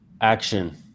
Action